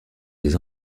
des